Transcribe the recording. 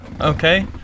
okay